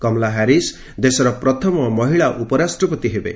Kamala Harris ଦେଶର ପ୍ରଥମ ମହିଳା ଉପରାଷ୍ଟ୍ରପତି ହେବେ